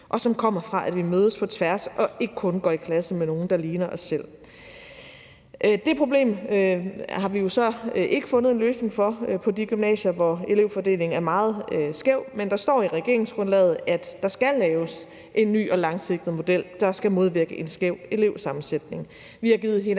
og som kommer fra, at vi mødes på tværs og ikke kun går i klasse med nogle, der ligner os selv. Det problem har vi jo så ikke fundet en løsning på på de gymnasier, hvor elevfordelingen er meget skæv, men der står i regeringsgrundlaget, at der skal laves en ny og langsigtet model, der skal modvirke en skæv elevsammensætning.